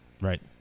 Right